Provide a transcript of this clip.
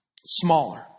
smaller